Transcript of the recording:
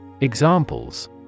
Examples